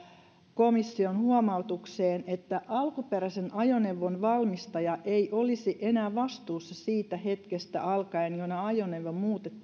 komission huomautukseen että alkuperäisen ajoneuvon valmistaja ei olisi enää vastuussa siitä hetkestä alkaen jona ajoneuvo